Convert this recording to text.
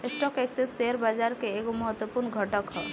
stock exchange share बाजार के एगो महत्वपूर्ण घटक ह